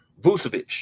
Vucevic